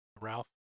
Ralph